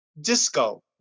Disco